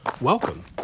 Welcome